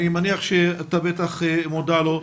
אני מניח שאתה בטח מודע לו,